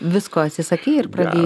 visko atsisakei ir pradėj